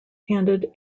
handed